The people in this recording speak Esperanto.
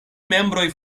membroj